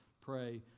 pray